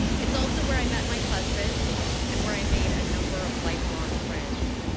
it's also where i met my husband and where i made a number of lifelong friends.